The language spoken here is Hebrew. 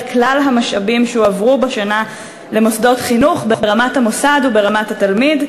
כלל המשאבים שהועברו בשנה למוסדות חינוך ברמת המוסד וברמת התלמיד,